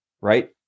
right